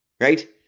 right